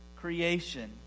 creation